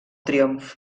triomf